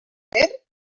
per